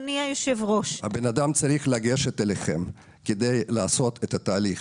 הבן אדם צריך לגשת אליכם כדי לעשות את התהליך.